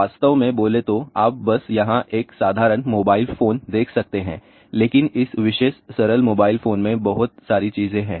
वास्तव में बोले तो आप बस यहां एक साधारण मोबाइल फोन देख सकते हैं लेकिन इस विशेष सरल मोबाइल फोन में बहुत सारी चीजें हैं